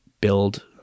build